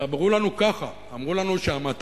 אז אמרו לנו ככה: אמרו לנו שהמעטפות